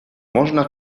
można